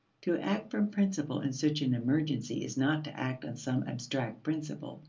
to act from principle in such an emergency is not to act on some abstract principle,